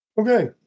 Okay